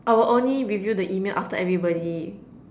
I will only review the email after everybody